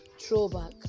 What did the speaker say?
throwback